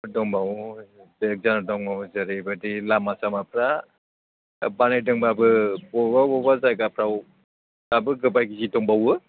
दंबावो बेक जाना दङ जेरैबायदि लामा सामाफ्रा बानायदोंब्लाबो बबेबा बबेबा जायगाफ्राव दाबो गोबाय गिजि दंबावो